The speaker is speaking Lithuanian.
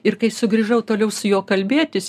ir kai sugrįžau toliau su juo kalbėtis